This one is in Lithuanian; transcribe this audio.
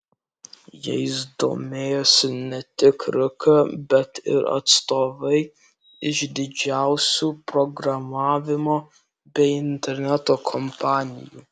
jais domėjosi ne tik rk bet ir atstovai iš didžiausių programavimo bei interneto kompanijų